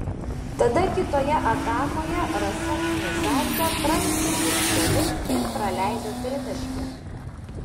tada kitoje atakoje rasa knyzaitė prametė iš toli ir praleido tritaškį